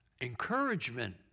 Encouragement